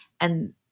and-